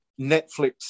Netflix